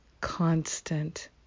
constant